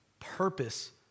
purpose